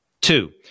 Two